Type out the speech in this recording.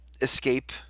escape